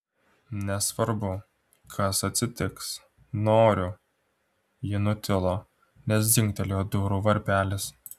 nesvarbu kas atsitiks noriu ji nutilo nes dzingtelėjo durų varpelis